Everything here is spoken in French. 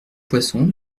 poisson